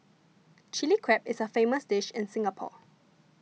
Chilli Crab is a famous dish in Singapore